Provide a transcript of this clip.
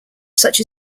such